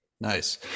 Nice